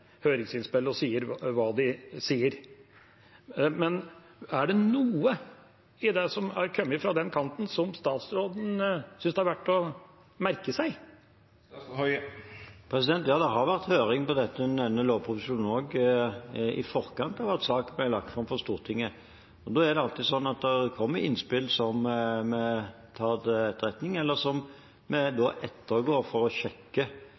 høringsinnspill, og sier det de sier. Er det noe i det som har kommet fra den kanten, som statsråden synes det er verdt å merke seg? Ja, det har vært høring på den ene lovproposisjonen i forkant av at saken ble lagt fram for Stortinget. Da er det alltid sånn at det kommer innspill som vi tar til etterretning, eller som vi ettergår for å sjekke